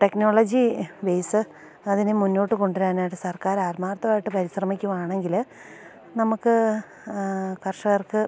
technology based അതിനു മുന്നോട്ട് കൊണ്ടു വരാനായിട്ട് സർക്കാരാത്മാർത്ഥമായിട്ട് പരിശ്രമിക്കുകയാണെങ്കിൽ നമുക്ക് കർഷകർക്ക്